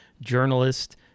journalist